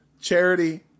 Charity